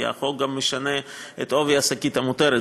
כי החוק משנה גם את עובי השקית המותר,